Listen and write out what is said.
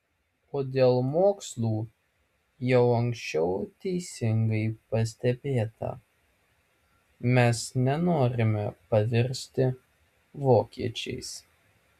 o dėl mokslų jau anksčiau teisingai pastebėta mes nenorime pavirsti vokiečiais